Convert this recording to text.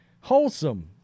Wholesome